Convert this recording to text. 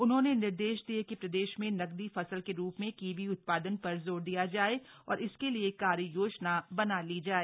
उन्होंने निर्देश दिये कि प्रदेश में नकदी फसल के रूप में कीवी उत्पादन पर जोर दिया जाए और इसके लिए कार्य योजना बना ली जाय